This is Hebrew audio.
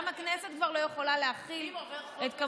גם הכנסת כבר לא יכולה להכיל את,